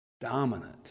dominant